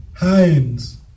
hands